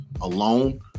alone